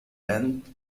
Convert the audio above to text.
length